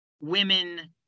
women